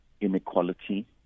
inequality